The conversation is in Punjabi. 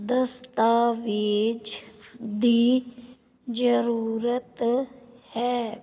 ਦਸਤਾਵੇਜ ਦੀ ਜ਼ਰੂਰਤ ਹੈ